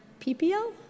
PPL